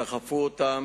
דחפו אותם,